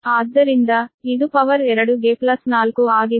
ಆದ್ದರಿಂದ ಇದು ಪವರ್ 2 ಗೆ ಪ್ಲಸ್ 4 ಆಗಿದೆ